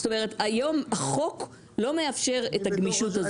זאת אומרת, היום החוק לא מאפשר את הגמישות הזאת.